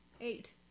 Eight